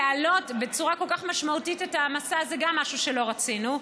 להעלות בצורה כל כך משמעתית את ההעמסה זה גם משהו שלא רצינו.